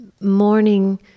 morning